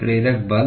प्रेरक बल